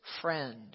friend